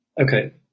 Okay